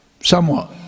somewhat